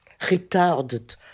retarded